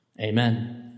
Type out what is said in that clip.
Amen